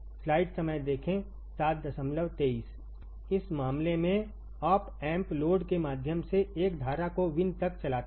इस मामले में ऑप एम्प लोड के माध्यम से एक धारा को Vin तकचलाता है